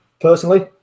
Personally